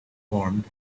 formed